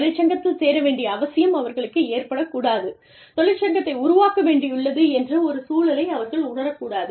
தொழிற்சங்கத்தில் சேர வேண்டிய அவசியம் அவர்களுக்கு ஏற்படக் கூடாது தொழிற்சங்கத்தை உருவாக்க வேண்டியுள்ளது என்ற ஒரு சூழலை அவர்கள் உணரக்கூடாது